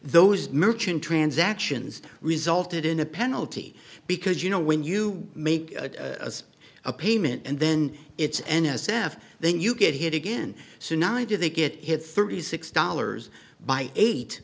those merchant transactions resulted in a penalty because you know when you make a payment and then it's n s f then you get hit again so neither they get hit thirty six dollars by eight